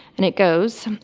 and it goes,